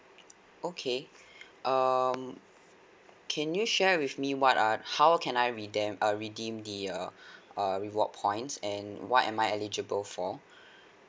okay um can you share with me what are how can I redeem uh redeem the err err reward points and what am I eligible for